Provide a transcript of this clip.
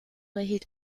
erhielt